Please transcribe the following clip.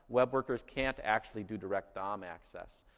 web workers can't actually do direct dom access.